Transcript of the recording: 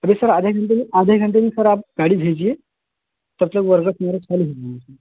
अभी सर आधे घंटे में आधे घंटे में सर आप गाड़ी भेजिए तब तक वर्कर्स लोग